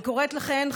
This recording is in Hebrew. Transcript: אני קוראת לכן,